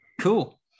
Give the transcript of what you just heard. Cool